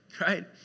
Right